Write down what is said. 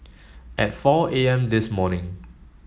at four A M this morning